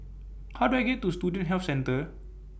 How Do I get to Student Health Centre